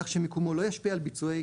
כך שמיקומו לא ישפיע על ביצועי